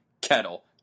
kettle